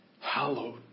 hallowed